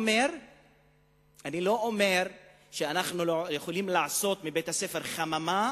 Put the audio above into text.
אומר שאנחנו יכולים לעשות מבית-הספר חממה,